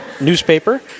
newspaper